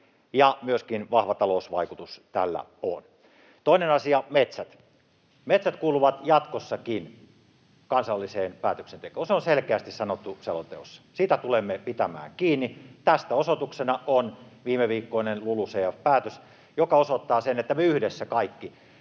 on myöskin vahva talousvaikutus. Toinen asia, metsät: Metsät kuuluvat jatkossakin kansalliseen päätöksentekoon. Se on selkeästi sanottu selonteossa. Siitä tulemme pitämään kiinni. Tästä osoituksena on viimeviikkoinen LULUCF-päätös, joka osoittaa sen, että me yhdessä, kaikki,